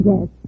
Yes